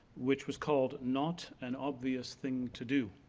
which was called, not an obvious thing to do.